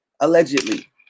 Allegedly